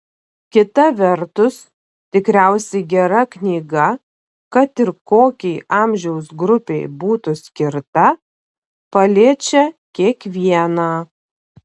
kita vertus tikriausiai gera knyga kad ir kokiai amžiaus grupei būtų skirta paliečia kiekvieną